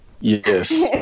Yes